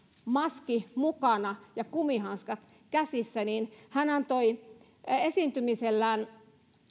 maski mukana ja kumihanskat käsissä niin hän antoi esiintymisellään